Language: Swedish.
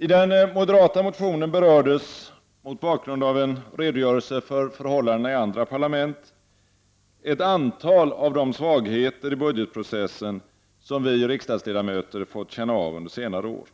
I den moderata motionen berördes — mot bakgrund av en redogörelse för förhållandena i andra parlament — ett antal av de svagheter i budgetprocessen som vi riksdagsledamöter fått känna av under senare år.